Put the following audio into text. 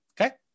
Okay